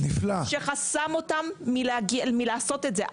שחסם אותם מלעשות את זה.